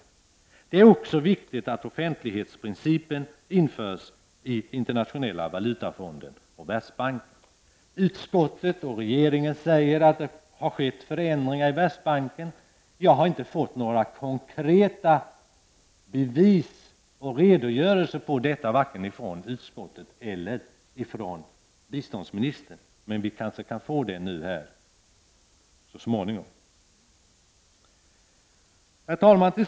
Vidare är det viktigt att offentlighetsprincipen införs i internationella valutafonden och i Världsbanken. Utskottet och regeringen säger att det har skett förändringar i Världsbanken. Men jag har inte sett några konkreta bevis på det. Jag har heller inte fått några redogörelser i det avseendet vare sig från utskottet eller från biståndsministern. Men vi kanske kan få sådana här så småningom. Herr talman!